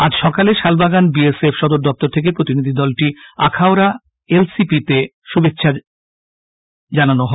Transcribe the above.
আজ সকালে Salbagan B S F সদর দপ্তর থেকে প্রতিনিধিদলটিকে আখাউড়া এল সি পি তে শুভেচ্ছা জানানো হয়